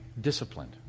disciplined